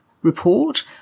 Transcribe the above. report